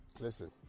Listen